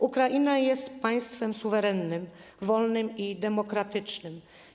Ukraina jest państwem suwerennym, wolnym i demokratycznym.